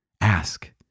Ask